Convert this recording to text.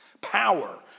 Power